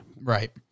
Right